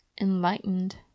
Enlightened